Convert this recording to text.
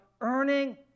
earning